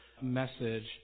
message